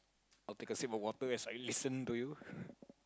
I'll take a sip of water as I listen to you